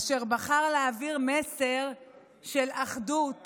אשר בחר להעביר מסר של אחדות